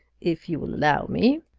if you will allow me,